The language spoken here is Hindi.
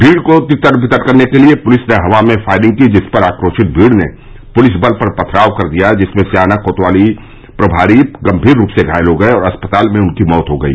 भीड़ को तितर बितर करने के लिए पुलिस ने हवा में फायरिंग की जिस पर आक्रोशित भीड़ ने पुलिस बल पर पथराव कर दिया जिसमें स्याना कोतवाली प्रमारी गंभीर रूप से घायल हो गये और अस्पताल में उनकी मौत हो गई